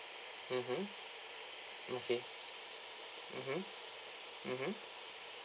mmhmm okay mmhmm mmhmm